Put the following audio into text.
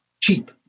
cheap